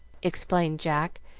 explained jack,